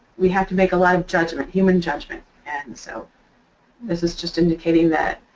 we have to make a lot of judgment, human judgment, and so this is just indicating that